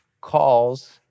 calls